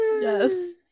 Yes